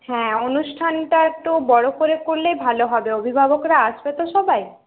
হ্যাঁ অনুষ্ঠানটা তো বড়ো করে করলেই ভালো হবে অভিভাবকরা আসবে তো সবাই